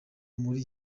muri